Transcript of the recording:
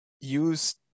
use